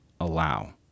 allow